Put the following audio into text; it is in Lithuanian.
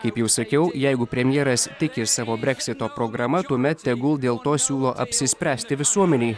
kaip jau sakiau jeigu premjeras tiki savo breksito programa tuomet tegul dėl to siūlo apsispręsti visuomenei